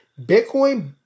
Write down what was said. Bitcoin